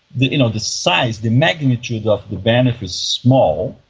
the you know the size, the magnitude of the benefit is small,